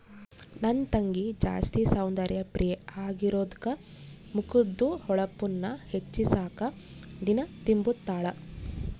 ನನ್ ತಂಗಿ ಜಾಸ್ತಿ ಸೌಂದರ್ಯ ಪ್ರಿಯೆ ಆಗಿರೋದ್ಕ ಮಕದ್ದು ಹೊಳಪುನ್ನ ಹೆಚ್ಚಿಸಾಕ ದಿನಾ ತಿಂಬುತಾಳ